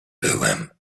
byłem